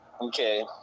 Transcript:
Okay